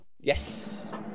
Yes